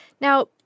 Now